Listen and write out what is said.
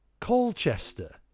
colchester